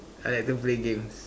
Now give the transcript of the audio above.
I like to play games